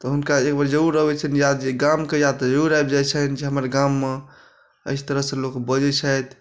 तऽ हुनका एकबेर जरूर अबै छनि याद जे गाम के याद तऽ जरूर आबि जाइ छनि जे हमर गाम मे एहि तरह सँ लोग बजै छथि